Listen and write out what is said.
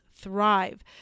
thrive